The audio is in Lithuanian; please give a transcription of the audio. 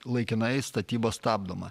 laikinai statyba stabdoma